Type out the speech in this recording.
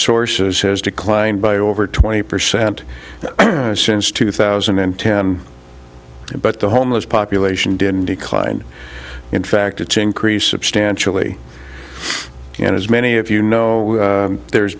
sources has declined by over twenty percent since two thousand and ten but the homeless population didn't decline in fact it's increased substantially and as many of you know there's